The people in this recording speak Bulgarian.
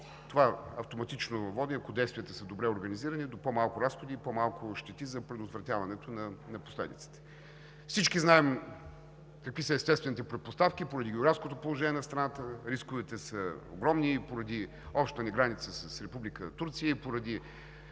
Това автоматично води, ако действията са добре организирани, до по-малко разходи и по-малко щети при предотвратяването на последиците. Всички знаем какви са естествените предпоставки. Поради географското положение на страната рисковете са огромни, поради общата ни граница с Република Турция и поради